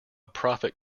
prophet